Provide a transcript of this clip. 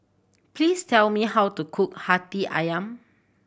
please tell me how to cook Hati Ayam